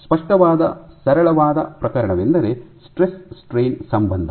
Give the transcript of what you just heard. ಸ್ಪಷ್ಟವಾದ ಸರಳವಾದ ಪ್ರಕರಣವೆಂದರೆ ಸ್ಟ್ರೆಸ್ ಸ್ಟ್ರೈನ್ ಸಂಬಂಧ